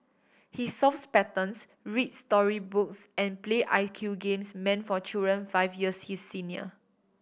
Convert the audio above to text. he solves patterns reads story books and play I Q games meant for children five years his senior